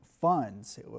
funds